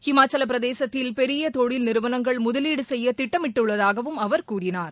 ஹிமாச்சலப்பிரதேசத்தில் பெரிய தொழில்நிறுவனங்கள் முதலீடு செய்ய திட்டமிட்டுள்ளதாகவும் கூறினார்